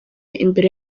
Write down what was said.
imbere